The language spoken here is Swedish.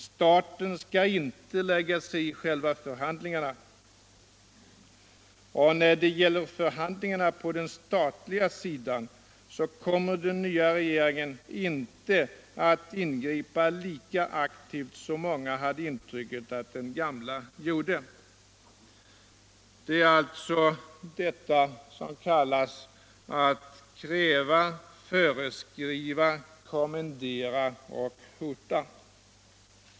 Staten skall inte lägga sig i själva förhandlingarna. Och när det gäller förhandlingarna på den statliga sidan så kommer den nya regeringen inte att ingripa lika aktivt som många hade intrycket att den gamla gjorde. Det är alltså detta som kallas att kräva, föreskriva, kommendera och hota.